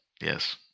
yes